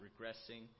regressing